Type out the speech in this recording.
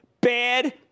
bad